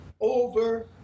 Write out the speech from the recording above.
over